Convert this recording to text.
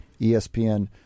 ESPN